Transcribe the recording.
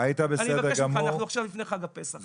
אנחנו עכשיו לפני חג הפסח.